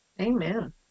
Amen